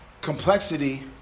complexity